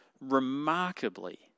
remarkably